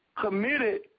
committed